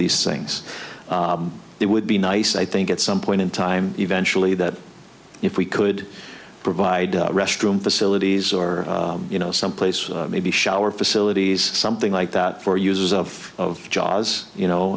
these things it would be nice i think at some point in time eventually that if we could provide restroom facilities or you know some place maybe shower facilities something like that for uses of jaws you know